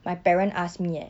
my parent ask me eh